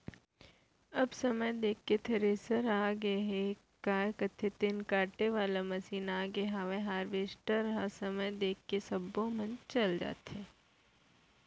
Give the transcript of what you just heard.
अब समय देख के थेरेसर आगे हयय, काय कथें तेन काटे वाले मसीन आगे हवय हारवेस्टर ह समय देख के सब्बो म चल जाथे